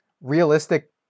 realistic